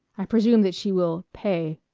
i presume that she will pay.